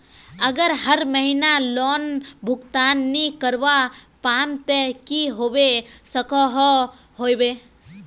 अगर हर महीना लोन भुगतान नी करवा पाम ते की होबे सकोहो होबे?